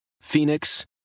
Phoenix